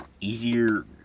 easier